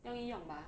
用一用吧